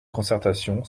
concertation